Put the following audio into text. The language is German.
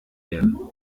werden